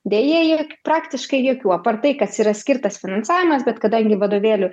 deja ji praktiškai jokių apart tai kad yra skirtas finansavimas bet kadangi vadovėlių